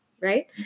right